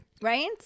Right